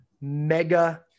Mega